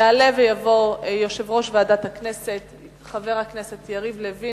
קריאה ראשונה.